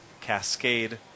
Cascade